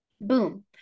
Boom